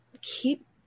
keep